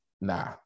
nah